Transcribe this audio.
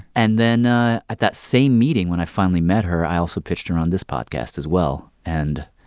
and then ah at that same meeting, when i finally met her, i also pitched her on this podcast as well. and,